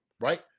right